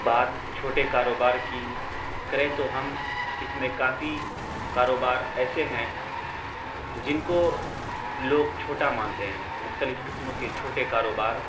بات چھوٹے کاروبار کی کریں تو ہم اس میں کافی کاروبار ایسے ہیں جن کو لوگ چھوٹا مانتے ہیں مختلف قسموں کے چھوٹے کاروبار